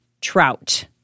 trout